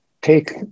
take